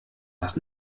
was